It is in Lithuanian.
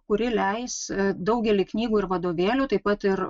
kuri leis daugelį knygų ir vadovėlių taip pat ir